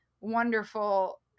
wonderful